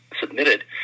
submitted